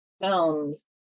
films